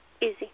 easy